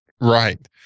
Right